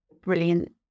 brilliant